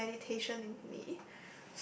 full of meditation in me